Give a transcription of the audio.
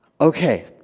Okay